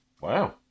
Wow